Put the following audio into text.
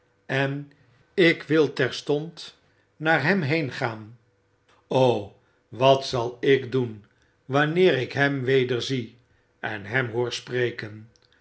en ik wil terstond naar hem heen gaan o wat zal ik doen wanneer ik hem wederzie en hem hoor spreken